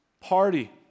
party